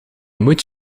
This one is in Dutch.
moet